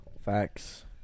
Facts